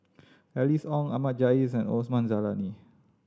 Alice Ong Ahmad Jais and Osman Zailani